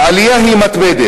הערבית,